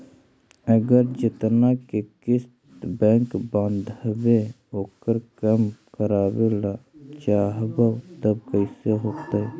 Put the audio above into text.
अगर जेतना के किस्त बैक बाँधबे ओकर कम करावे ल चाहबै तब कैसे होतै?